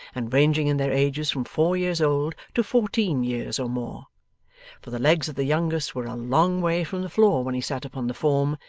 and ranging in their ages from four years old to fourteen years or more for the legs of the youngest were a long way from the floor when he sat upon the form,